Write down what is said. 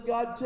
God